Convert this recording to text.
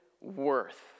worth